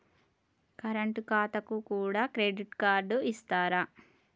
Current ఖాతాకు కూడా credit card ఇత్తరా?